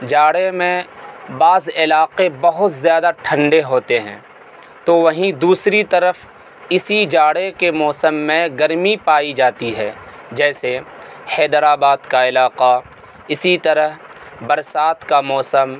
جاڑے میں بعض علاقے بہت زیادہ ٹھنڈے ہوتے ہیں تو وہیں دوسری طرف اسی جاڑے کے موسم میں گرمی پائی جاتی ہے جیسے حیدرآباد کا علاقہ اسی طرح برسات کا موسم